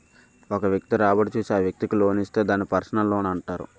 ఒక వ్యక్తి రాబడి చూసి ఆ వ్యక్తికి లోన్ ఇస్తే దాన్ని పర్సనల్ లోనంటారు